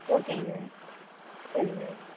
ஓகேங்க சரிங்க